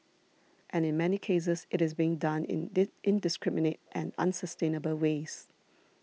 and in many cases it is being done in did indiscriminate and unsustainable ways